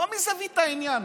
לא מזווית העניין,